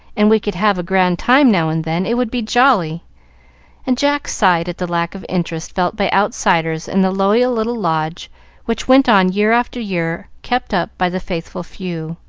and we could have a grand time now and then, it would be jolly and jack sighed at the lack of interest felt by outsiders in the loyal little lodge which went on year after year kept up by the faithful few.